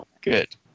Good